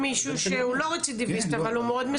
כאן שוב,